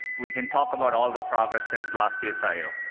we can talk about all the progress since last year's i o.